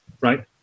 right